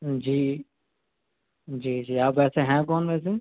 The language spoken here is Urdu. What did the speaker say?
جی جی جی آپ ویسے ہیں کون ویسے